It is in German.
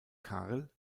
karl